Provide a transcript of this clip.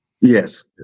Yes